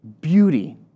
beauty